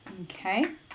Okay